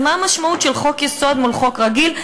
אז מה המשמעות של חוק-יסוד מול חוק רגיל?